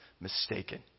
mistaken